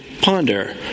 ponder